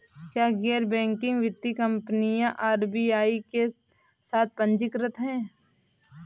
क्या गैर बैंकिंग वित्तीय कंपनियां आर.बी.आई के साथ पंजीकृत हैं?